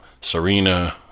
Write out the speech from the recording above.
Serena